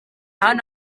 hano